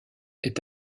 est